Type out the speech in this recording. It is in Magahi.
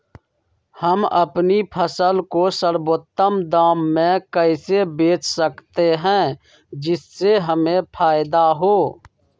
हम अपनी फसल को सर्वोत्तम दाम में कैसे बेच सकते हैं जिससे हमें फायदा हो?